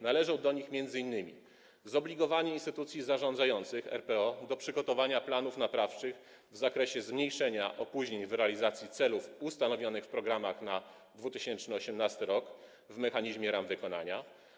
Należy do nich m.in. zobligowanie instytucji zarządzających RPO do przygotowania planów naprawczych w zakresie zmniejszenia opóźnień w realizacji celów ustanowionych w programach na 2018 r. w ramach mechanizmu ram wykonania.